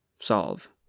solve